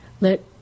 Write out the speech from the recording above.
let